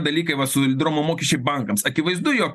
dalykai va solidarumo mokesčiai bankams akivaizdu jog